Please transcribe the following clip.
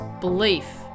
belief